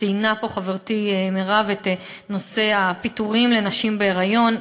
ציינה פה חברתי מרב את נושא הפיטורים של נשים בהיריון.